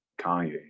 Kanye